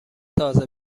تازه